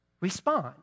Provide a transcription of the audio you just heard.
respond